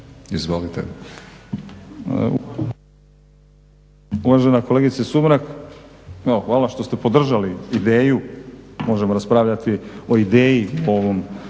Izvolite.